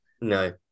No